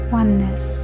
oneness